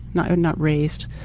not not raised.